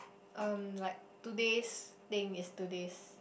um like today's thing is today's